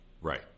Right